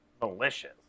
malicious